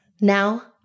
Now